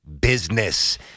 business